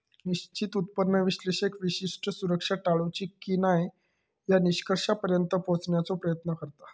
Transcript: निश्चित उत्पन्न विश्लेषक विशिष्ट सुरक्षा टाळूची की न्हाय या निष्कर्षापर्यंत पोहोचण्याचो प्रयत्न करता